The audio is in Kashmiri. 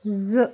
زٕ